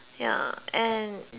ya and